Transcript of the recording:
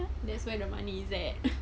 that's where the money is there